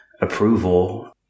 approval